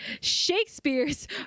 Shakespeare's